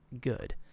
good